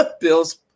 Bills